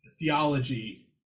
theology